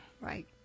Right